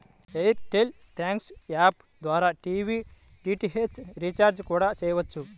air tell thanks app ద్వారా TV DTH recharge కూడా చెయ్యొచ్చు